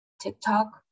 TikTok